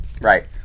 Right